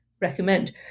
recommend